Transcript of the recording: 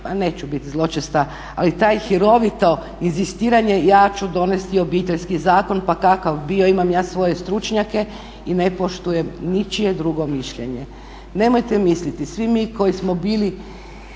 ma neću biti zločesta, ali taj hirovito inzistiranje ja ću donesti Obiteljski zakon pa kakav bio, imam ja svoje stručnjake i ne poštujem ničije drugo mišljenje. Nemojte misliti svi mi koji smo bili